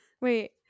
Wait